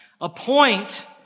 Appoint